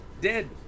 Dead